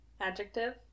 Adjective